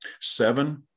seven